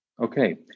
Okay